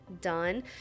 done